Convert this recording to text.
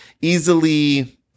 easily